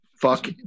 fuck